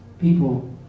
People